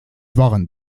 waren